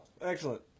excellent